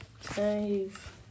save